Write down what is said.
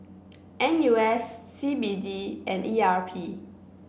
N U S C B D and E R P